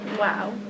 Wow